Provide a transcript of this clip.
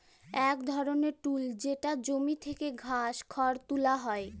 এক ধরনের টুল যেটা দিয়ে জমি থেকে ঘাস, খড় তুলা হয়